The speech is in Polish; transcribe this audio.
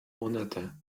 monetę